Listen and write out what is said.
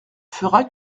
fera